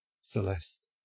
Celeste